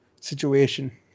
situation